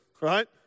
right